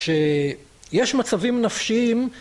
שיש מצבים נפשיים